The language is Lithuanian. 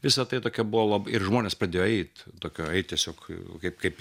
visą tai tokia buvo labai ir žmonės pradėjo eit tokio eit tiesiog kaip kaip į